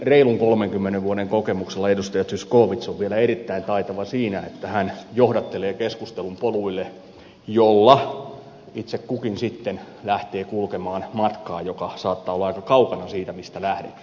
reilun kolmenkymmenen vuoden kokemuksella edustaja zyskowicz on vielä erittäin taitava siinä että hän johdattelee keskustelun polulle jolla itse kukin sitten lähtee kulkemaan matkaa joka saattaa olla aika kaukana siitä mistä lähdettiin